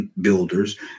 builders